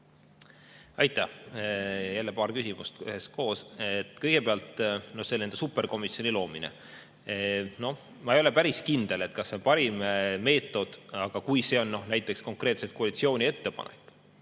Aitäh! Jälle paar küsimust üheskoos. Kõigepealt superkomisjoni loomine. Ma ei ole päris kindel, kas see on parim meetod, aga kui see on konkreetselt koalitsiooni ettepanek